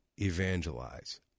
Evangelize